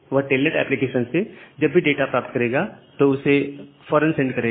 वह Telnet application से जब भी डाटा प्राप्त करेगा तो उसको फौरन सेंड करेगा